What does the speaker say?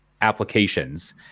applications